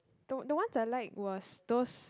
the the one I like was those